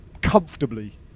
comfortably